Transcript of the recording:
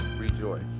rejoice